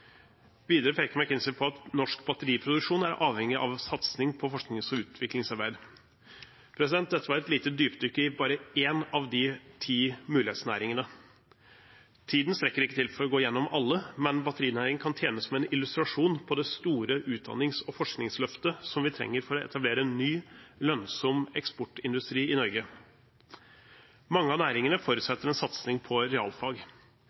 på at norsk batteriproduksjon er avhengig av en satsing på forsknings- og utviklingsarbeid. Dette var et lite dypdykk i bare én av de ti mulighetsnæringene. Tiden strekker ikke til for å gå gjennom alle, men batterinæringen kan tjene som en illustrasjon på det store utdannings- og forskningsløftet som vi trenger for å etablere ny, lønnsom eksportindustri i Norge. Mange av næringene forutsetter en satsing på realfag.